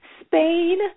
Spain